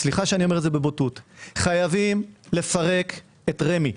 סליחה שאני אומר זאת בבוטות חייבים לפרק את רמ"י.